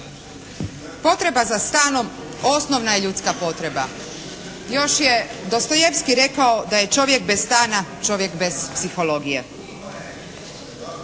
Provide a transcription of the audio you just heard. Potreba za stanom osnovna je ljudska potreba. Još je Dostojevski rekao da je čovjek bez stana, čovjek bez psihologije.